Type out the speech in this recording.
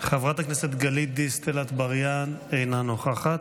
חברת הכנסת גלית דיסטל אטבריאן, אינה נוכחת.